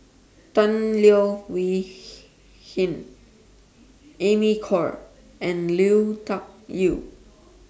Tan Leo Wee Hin Amy Khor and Lui Tuck Yew